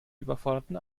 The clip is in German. überforderten